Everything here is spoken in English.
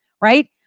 right